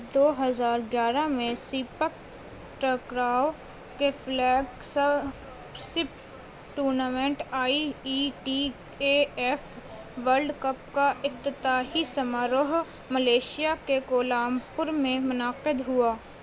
دو ہزار گیارہ میں سیپک ٹکراؤ کے flagship tournament I E T A F world cup کا افتتاحی سماروہ ملیشیا کے کوالا لمپور میں منعقد ہوا